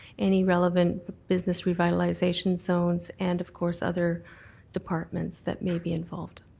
any relevant business revitalization zones, and of course other departments that may be involved.